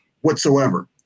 whatsoever